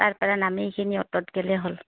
তাৰপৰা নামি এইখিনি অটত গ'লেই হ'ল